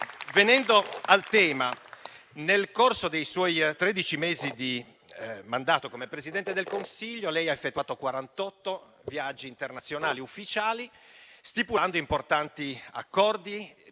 Venendo al tema, nel corso dei suoi tredici mesi di mandato come Presidente del Consiglio lei ha effettuato quarantotto viaggi internazionali ufficiali, stipulando accordi